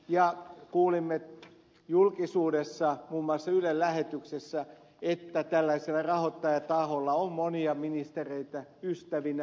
ja kuulimme julkisuudessa muun muassa ylen lähetyksestä että tällaisella rahoittajataholla on monia ministereitä ystävinä